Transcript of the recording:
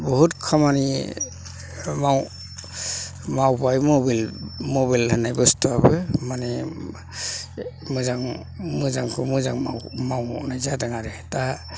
बहुत खामानि मावबाय मबेल होननाय बुस्थुआबो मानि मोजां मोजांखौ मोजां मावनाय जादों आरो दा